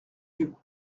yeux